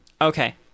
Okay